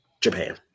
Japan